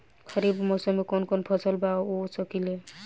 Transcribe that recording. खरिफ मौसम में कवन कवन फसल बो सकि ले?